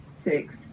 six